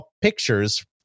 pictures